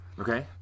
Okay